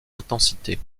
intensité